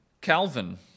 Calvin